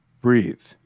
breathe